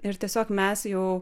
ir tiesiog mes jau